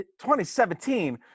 2017